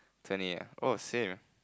twenty eight ah oh same